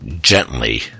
gently